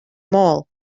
mall